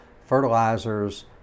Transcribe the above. fertilizers